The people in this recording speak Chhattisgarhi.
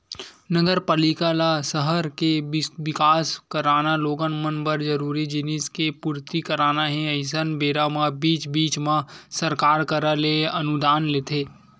नगरपालिका ल सहर के बिकास कराना लोगन मन बर जरूरी जिनिस के पूरति कराना हे अइसन बेरा म बीच बीच म सरकार करा ले अनुदान लेथे